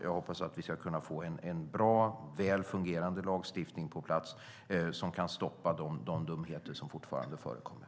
Jag hoppas att vi ska kunna få en bra och väl fungerande lagstiftning på plats som kan stoppa de dumheter som fortfarande förekommer.